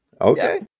Okay